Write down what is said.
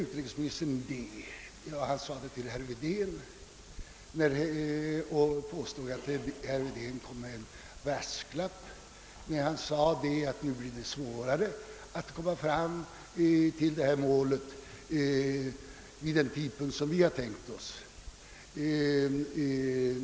Utrikesministern påstod att herr Wedén kom med en brasklapp när han sade att eftersom vi inte får igenom vårt förslag nu blir det svårare att nå målet vid den tidpunkt vi har tänkt oss.